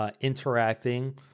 interacting